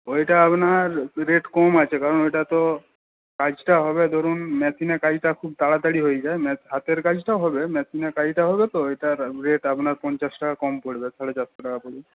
ওইটা আপনার রেট কম আছে কারণ ওইটা তো কাজটা হবে ধরুন মেশিনে কাজটা খুব তাড়াতাড়ি হয়ে যায় মেশ হাতের কাজটাও হবে মেশিনে কাজটা হবে তো ওইটার রেট আপনার পঞ্চাশ টাকা কম পড়বে সাড়ে চারশো টাকা পড়বে